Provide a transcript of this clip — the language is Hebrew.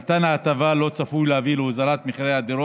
מתן ההטבה לא צפוי להביא להוזלת הדירות,